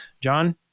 John